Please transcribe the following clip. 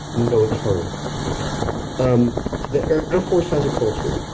no, it was harder it was harder um the air force has a culture,